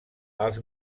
els